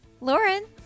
Lauren